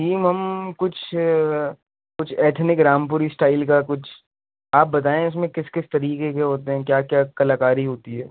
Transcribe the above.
جی ہم کچھ کچھ ایتھنک رامپوری اسٹائل کا کچھ آپ بتائیں اس میں کس کس طریقے کے ہوتے ہیں کیا کیا کلاکاری ہوتی ہے